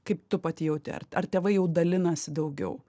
kaip tu pati jauti ar ar tėvai jau dalinasi daugiau